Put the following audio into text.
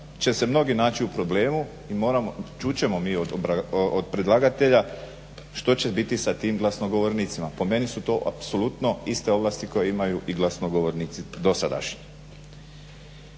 će se mnogi naći u problemu. Čut ćemo od predlagatelja što će biti sa tim glasnogovornicima. Po meni su to apsolutno iste ovlasti koje imaju i glasnogovornici dosadašnji.